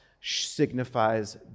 signifies